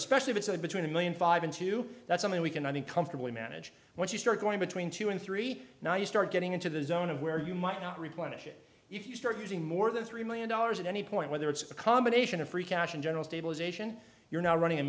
especially visit between a million five and two that's something we can i think comfortably manage once you start going between two and three now you start getting into the zone of where you might not replenish it if you start using more than three million dollars at any point whether it's a combination of free cash and general stabilization you're now running a